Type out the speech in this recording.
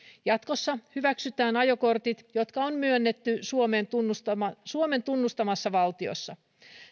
jatkossa hyväksytään ajokortit jotka on myönnetty suomen tunnustamassa suomen tunnustamassa valtiossa